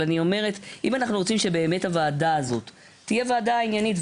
אבל אני אומרת שאם אנחנו רוצים שבאמת הוועדה הזאת תהיה ועדה עניינית,